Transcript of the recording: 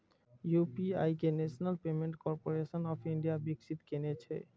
UPI कें national payments corporation of India विकसित केने छै